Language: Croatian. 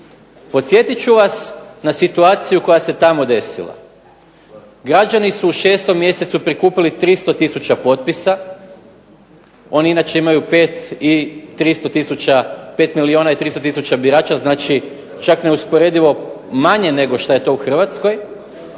Podsjetit ću vas na situaciju koja se tamo desila. Građani su u 6. mjesecu prikupili 300 tisuća potpisa, oni inače imaju 5 i 300 tisuća, 5 milijuna i 300 tisuća birača, znači čak neusporedivo manje nego šta je to u Hrvatskoj,